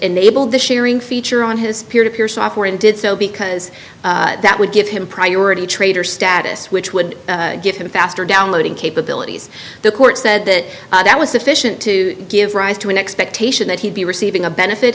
enabled the sharing feature on his peer to peer software and did so because that would give him priority trader status which would give him a faster downloading capability the court said that that was sufficient to give rise to an expectation that he'd be receiving a benefit